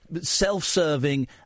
self-serving